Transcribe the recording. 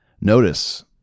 Notice